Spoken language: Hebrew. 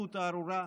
ההתנתקות הארורה,